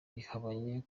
bihabanye